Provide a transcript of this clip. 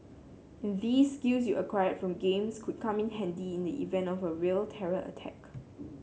and these skills you acquired from games could come in handy in the event of a real terror attack